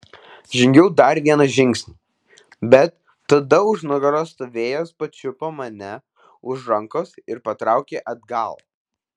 žengiau dar vieną žingsnį bet tada už nugaros stovėjęs pačiupo mane už rankos ir patraukė atgal